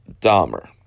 Dahmer